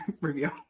review